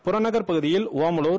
புறநகர் பகுதியில் ஒமலூர்